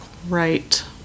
right